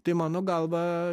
tai mano galva